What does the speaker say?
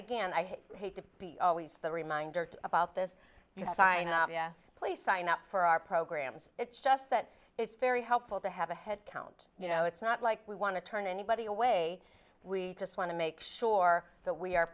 again i hate to be always the reminder about this just sign please sign up for our programs it's just that it's very helpful to have a headcount you know it's not like we want to turn anybody away we just want to make sure that we are